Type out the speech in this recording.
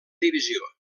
divisió